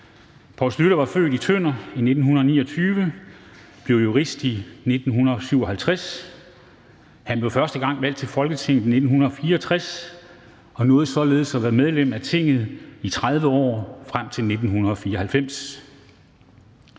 Poul Schlüter var født i Tønder i 1929 og blev jurist i 1957. Han blev første gang valgt til Folketinget i 1964 og nåede således at være medlem af Tinget i 30 år frem til 1994.